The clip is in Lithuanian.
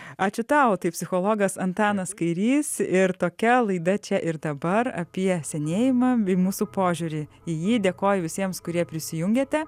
ačiū tau taip psichologas antanas kairys ir tokia laida čia ir dabar apie senėjimą bei mūsų požiūrį į jį dėkoju visiems kurie prisijungėte